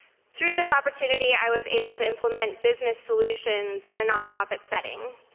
through this opportunity i was able to implement business solutions in a non-profit setting.